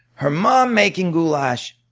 her mom making goulash,